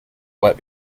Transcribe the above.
what